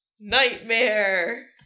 Nightmare